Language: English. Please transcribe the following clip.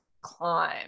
climb